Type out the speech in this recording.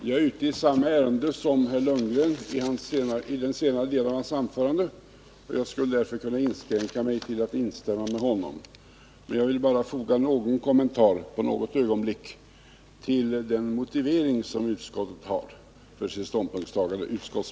Herr talman! Jag är ute i samma ärende som herr Lundgren var i den senare delen av sitt anförande. Jag skulle därför kunna inskränka mig till att instämma med honom, men jag vill göra några kommentarer till den motivering som utskottsmajoriteten har för sitt ståndpunktstagande.